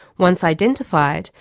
once identified,